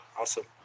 Awesome